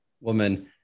woman